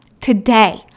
today